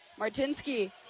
Martinsky